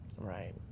right